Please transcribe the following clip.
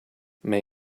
may